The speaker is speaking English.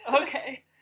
Okay